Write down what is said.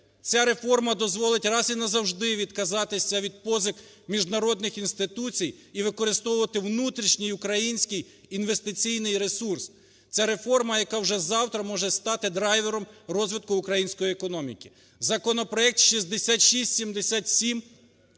Ця реформа дозволить раз і назавжди відказатися від позик міжнародних інституцій, і використовувати внутрішній український інвестиційний ресурс. Ця реформа, яка вже завтра може стати драйвером розвитку української економіки. Законопроект 6677